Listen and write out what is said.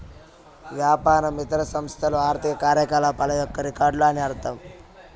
వ్యాపారం ఇతర సంస్థల ఆర్థిక కార్యకలాపాల యొక్క రికార్డులు అని అర్థం